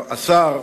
השר,